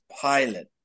pilot